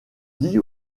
dit